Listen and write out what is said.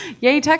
yay